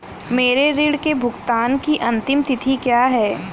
मेरे ऋण के भुगतान की अंतिम तिथि क्या है?